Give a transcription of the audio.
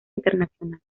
internacional